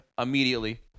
immediately